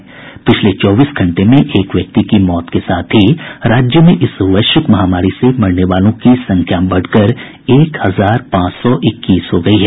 वहीं पिछले चौबीस घंटे में एक व्यक्ति की मौत के साथ ही राज्य में इस वैश्विक महामारी से मरने वालों की संख्या बढ़कर एक हजार पांच सौ इक्कीस हो गई है